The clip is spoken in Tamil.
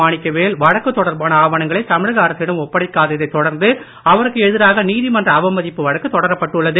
மாணிக்கவேல் வழக்கு தொடர்பான ஆவணங்களை தமிழக அரசிடம் ஒப்படைக்காததைத் தொடர்ந்து அவருக்கு எதிராக நீதிமன்ற அவமதிப்பு வழக்கு தொடரப்பட்டுள்ளது